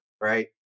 Right